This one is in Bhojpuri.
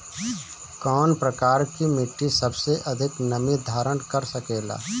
कौन प्रकार की मिट्टी सबसे अधिक नमी धारण कर सकेला?